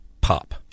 pop